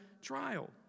trial